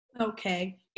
Okay